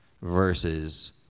versus